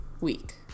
week